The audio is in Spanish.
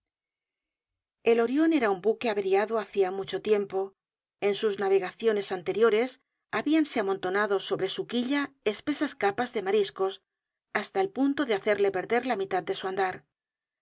el orion era un buque averiado hacia mucho tiempo en sus navegaciones anteriores habíanse amontonado sobre su quilla espesas capas de mariscos hasta el punto de hacerle perder la mitad de su andar se